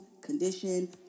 condition